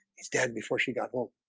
he's dead before she got home